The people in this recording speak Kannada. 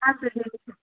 ಹಾಂ ಸರ್ ನೀವು ಗೊತ್ತು